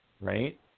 right